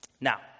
Now